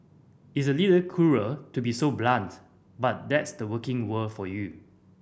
it's a little cruel to be so blunt but that's the working world for you